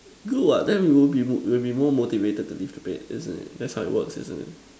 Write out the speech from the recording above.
good what then we will be we will be more motivated to leave the bed isn't that's how it works isn't it